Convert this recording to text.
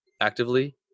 actively